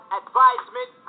advisement